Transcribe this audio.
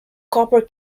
copper